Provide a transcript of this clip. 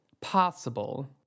possible